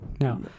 No